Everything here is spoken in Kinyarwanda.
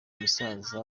musaza